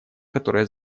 которая